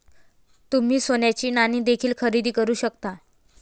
तुम्ही सोन्याची नाणी देखील खरेदी करू शकता